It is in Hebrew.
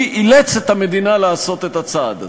אילץ את המדינה לעשות את הצעד הזה.